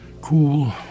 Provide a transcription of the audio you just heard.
cool